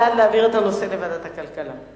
הוא בעד להעביר את הנושא לוועדת הכלכלה.